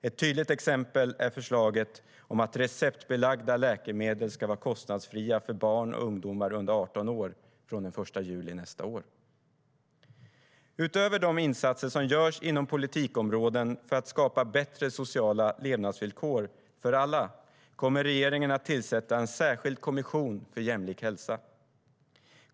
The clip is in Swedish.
Ett exempel är förslaget om att receptbelagda läkemedel ska vara kostnadsfria för barn och ungdomar under 18 år från den 1 juli nästa år. Utöver de insatser som görs inom olika politikområden för att skapa bättre sociala levnadsvillkor för alla kommer regeringen att tillsätta en särskild kommission för jämlik hälsa.